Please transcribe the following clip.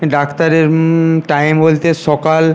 ডাক্তারের টাইম বলতে সকাল